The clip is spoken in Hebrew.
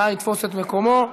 נא לתפוס את מקומו.